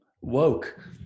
woke